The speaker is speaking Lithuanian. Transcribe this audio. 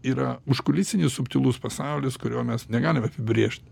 yra užkulisinis subtilus pasaulis kurio mes negalime apibrėžt